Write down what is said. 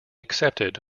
accepted